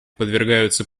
подвергаются